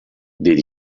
did